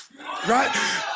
Right